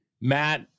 Matt